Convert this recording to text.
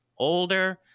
older